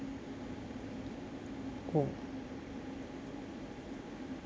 oh